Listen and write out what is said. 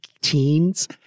teens